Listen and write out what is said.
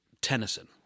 Tennyson